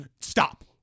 stop